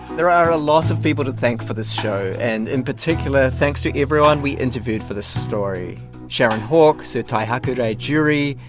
there are a lot of people to thank for this show. and, in particular, thanks to everyone we interviewed for this story sharon hawke, sir taihakurei durie,